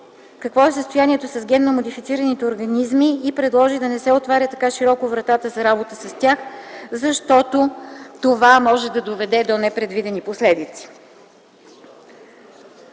какво е състоянието с генно модифицираните организми и предложи да не се отваря така широко вратата за работа с тях, защото това може да доведе до непредвидени последици.